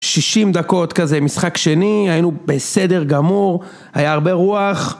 60 דקות כזה משחק שני, היינו בסדר גמור, היה הרבה רוח.